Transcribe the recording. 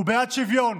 הוא בעד שוויון,